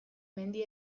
mendi